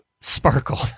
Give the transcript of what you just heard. Sparkle